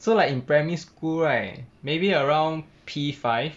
so like in primary school right maybe around P five